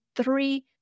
three